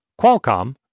Qualcomm